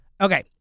Okay